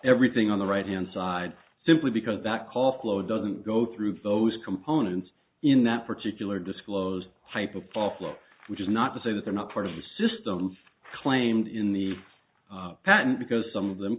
everything on the right hand side simply because that call flow doesn't go through those components in that particular disclosed high profile flow which is not to say that they're not part of the system claimed in the patent because some of them